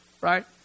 right